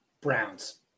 Browns